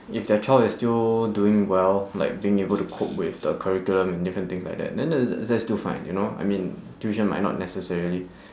if their child is still doing well like being able to cope with the curriculum and different things like that then that is that is that's still fine you know I mean tuition might not necessarily